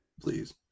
Please